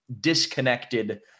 disconnected